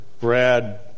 Brad